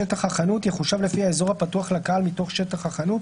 שטח החנות יחושב לפי האזור הפתוח לקהל מתוך שטח החנות,